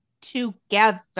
together